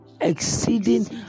Exceeding